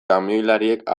kamioilariek